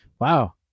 Wow